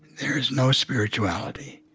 there's no spirituality